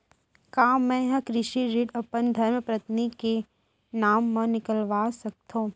का मैं ह कृषि ऋण अपन धर्मपत्नी के नाम मा निकलवा सकथो?